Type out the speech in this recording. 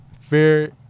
fear